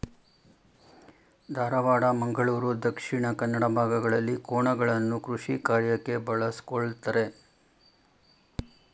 ಧಾರವಾಡ, ಮಂಗಳೂರು ದಕ್ಷಿಣ ಕನ್ನಡ ಭಾಗಗಳಲ್ಲಿ ಕೋಣಗಳನ್ನು ಕೃಷಿಕಾರ್ಯಕ್ಕೆ ಬಳಸ್ಕೊಳತರೆ